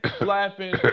laughing